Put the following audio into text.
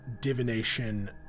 divination